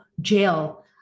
jail